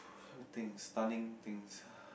let me think stunning things